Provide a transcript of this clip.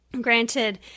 Granted